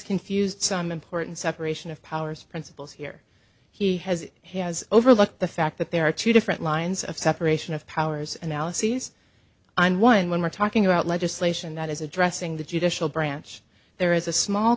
confused some important separation of powers principles here he has he has overlooked the fact that there are two different lines of separation of powers and alice sees on one when we're talking about legislation that is addressing the judicial branch there is a small